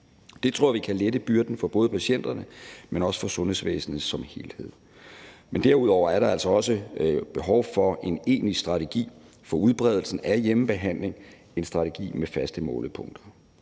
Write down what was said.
Det tror vi kan lette byrden for både patienterne, men også for sundhedsvæsenet som helhed. Men derudover er der også behov for en egentlig strategi for udbredelsen af hjemmebehandling, en strategi med faste målepunkter.